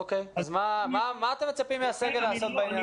מה אתם מצפים מהסגל לעשות בעניין הזה?